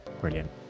brilliant